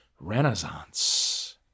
Renaissance